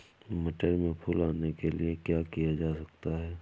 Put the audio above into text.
मटर में फूल आने के लिए क्या किया जा सकता है?